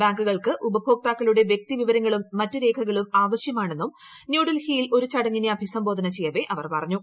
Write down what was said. ബാങ്കുകൾക്ക് ഉപഭോക്താക്കളുടെ വൃക്തിവിവരങ്ങളും മറ്റു രേഖകളും ആവശ്യമാണെന്നും ന്യൂഡൽഹിയിൽ ഒരു ചടങ്ങിനെ അഭിസംബോധന ചെയ്യവെ അവർ പറഞ്ഞു